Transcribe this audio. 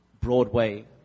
Broadway